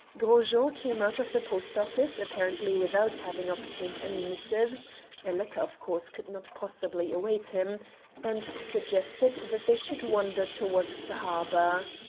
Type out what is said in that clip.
gros jean came out of the post-office, apparently without having obtained any missives a letter, of course, could not possibly await him and suggested that they should wander towards the harbour.